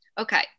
Okay